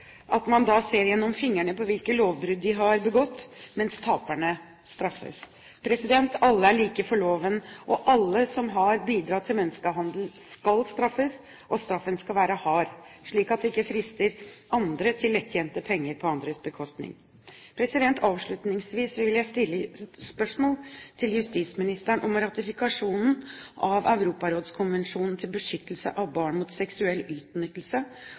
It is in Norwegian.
ser gjennom fingrene med hvilke lovbrudd man har begått, mens taperne straffes. Alle er like for loven, og alle som har bidratt til menneskehandel, skal straffes. Straffen skal være hard, slik at det ikke frister andre til lettjente penger på andres bekostning. Avslutningsvis vil jeg stille et spørsmål til justisministeren om ratifikasjonen av Europarådskonvensjonen til beskyttelse av barn mot seksuell utnyttelse